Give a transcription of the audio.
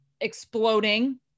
exploding